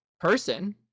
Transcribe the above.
person